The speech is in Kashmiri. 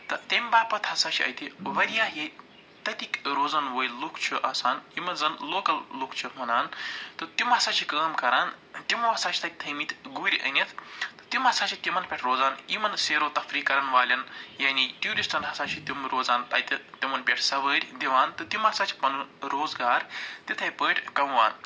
تہٕ تَمہِ باپَتھ ہسا چھِ اَتہِ واریاہ یہِ تَتِکۍ روزَن وٲلۍ لُکھ چھِ آسان یِمَن زَنہٕ لوکَل لُکھ چھِ وَنان تہٕ تِم ہسا چھِ کٲم کران تِمَو ہسا چھِ تَتہِ تھٲیِمٕتۍ گُرۍ أنِتھ تہٕ تِم ہسا چھِ تِمَن پٮ۪ٹھ روزان یِمَن سیر و تفریٖح کَرَن والٮ۪ن یعنی ٹیوٗرِسٹَن ہسا چھِ تِم روزان تَتہِ تِمَن پٮ۪ٹھ سوٲرۍ دِوان تہٕ تِم ہسا چھِ پَنُن روزگار تِتھَے پٲٹھۍ کَماوان